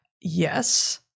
Yes